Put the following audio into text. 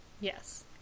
Yes